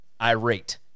irate